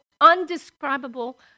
undescribable